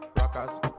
rockers